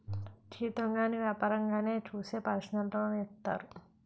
జీతం గాని వ్యాపారంగానే చూసి పర్సనల్ లోన్ ఇత్తారు